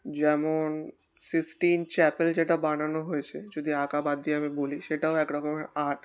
যেমন Sistine Chapel যেটা বানানো হয়েছে যদি আঁকা বাদ দিয়ে আমি বলি সেটাও এক রকমের আর্ট